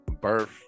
birth